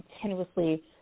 continuously